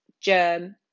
germ